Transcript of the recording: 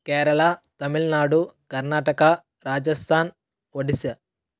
Kerala Tamil Nadu Karnataka Rajasthan Odisha